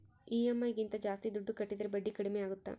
EMI ಗಿಂತ ಜಾಸ್ತಿ ದುಡ್ಡು ಕಟ್ಟಿದರೆ ಬಡ್ಡಿ ಕಡಿಮೆ ಆಗುತ್ತಾ?